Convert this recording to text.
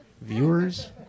Viewers